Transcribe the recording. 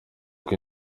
uko